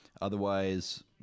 otherwise